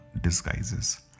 disguises